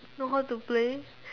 know how to play